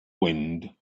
wind